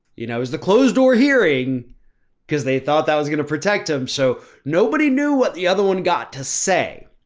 you know, it was the closed door hearing because they thought that was going to protect him. so nobody knew what the other one got to say.